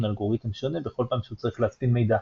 אלגוריתם שונה בכל פעם שהוא צריך להצפין מידע.